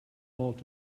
malt